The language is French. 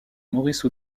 maurice